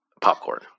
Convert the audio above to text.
Popcorn